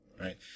right